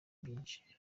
byinshi